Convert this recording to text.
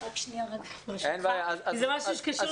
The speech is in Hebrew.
זה דברים שונים